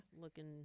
looking